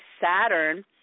Saturn